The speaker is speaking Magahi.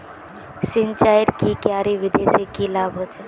सिंचाईर की क्यारी विधि से की लाभ होचे?